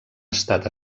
estat